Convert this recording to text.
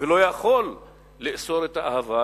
ולא יכול לאסור את האהבה,